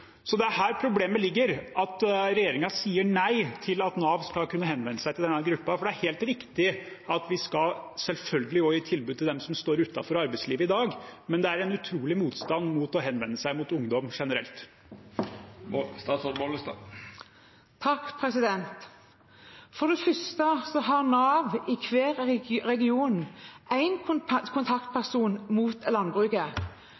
Det er her problemet ligger – at regjeringen sier nei til at Nav skal kunne henvende seg til denne gruppen. Det er helt riktig at vi selvfølgelig også skal gi tilbud til dem som står utenfor arbeidslivet i dag, men det er en utrolig motstand mot å henvende seg til ungdom generelt. For det første har Nav i hver region en